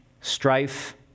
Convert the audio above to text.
strife